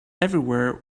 everywhere